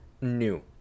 new